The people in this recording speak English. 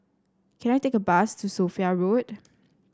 can I take a bus to Sophia Road